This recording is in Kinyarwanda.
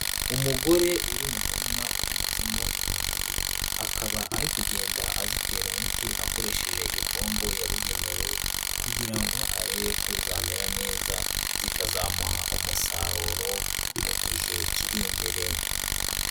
Umugore uri mu murima uhinzemo intoryi akaba ari kugenda azitera umuti akoresheje igipombo yabugenewe kugira ngo arebe ko zamera neza, zikazamuha umusaruro mu gihe kiri imbere.